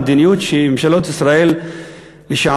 המדיניות של ממשלות ישראל לשעבר,